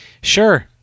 Sure